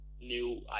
new